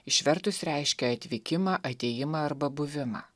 išvertus reiškia atvykimą atėjimą arba buvimą